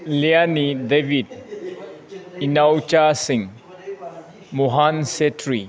ꯂꯦꯌꯥꯅꯤ ꯗꯦꯕꯤꯠ ꯏꯅꯥꯎꯆꯥ ꯁꯤꯡ ꯃꯣꯍꯟ ꯁꯦꯇ꯭ꯔꯤ